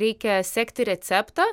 reikia sekti receptą